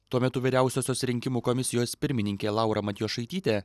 tuo metu vyriausiosios rinkimų komisijos pirmininkė laura matjošaitytė